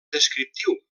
descriptiu